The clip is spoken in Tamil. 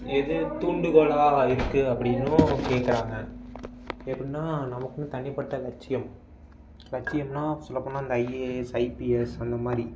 எது தூண்டுகோளாக இருக்கு அப்படினும் கேக்கிறாங்க எப்படினா நமக்குன்னு தனிப்பட்ட லட்சியம் லட்சியம்னா சொல்லப்போனால் இந்த ஐஏஎஸ் ஐபிஎஸ் அந்தமாதிரி